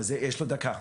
יש לו דקה.